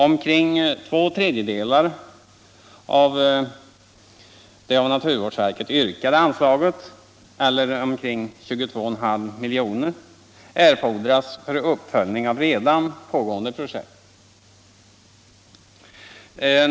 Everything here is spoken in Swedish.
Omkring två tredjedelar av det av naturvårdsverket yrkade anslaget, eller omkring 22,5 milj.kr., erfordras för uppföljning av redan pågående projekt.